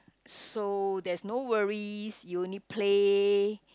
so there's no worries you only play